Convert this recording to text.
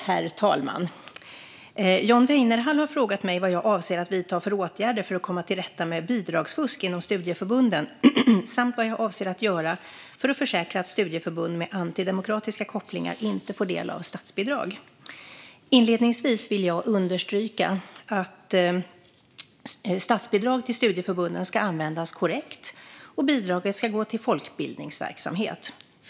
Herr talman! John Weinerhall har frågat mig vad jag avser att vidta för åtgärder för att komma till rätta med bidragsfusk inom studieförbunden samt vad jag avser att göra för att försäkra att studieförbund med antidemokratiska kopplingar inte får del av statsbidrag. Inledningsvis vill jag understryka att statsbidrag till studieförbunden ska användas korrekt och bidraget ska gå till folkbildningsverksamhet.